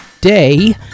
Day